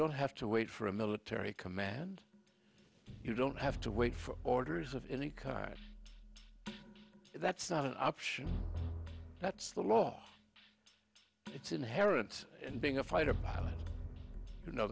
don't have to wait for a military command you don't have to wait for orders of any kind that's not an option that's the law it's inherent in being a fighter pilot you know